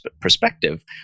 perspective